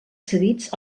cedits